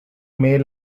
male